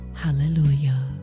Hallelujah